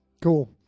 cool